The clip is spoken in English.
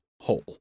hole